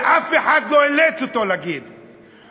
ואף אחד לא אילץ אותו להגיד את זה.